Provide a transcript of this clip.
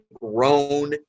grown